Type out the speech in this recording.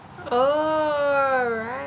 oh right